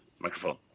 microphone